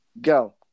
go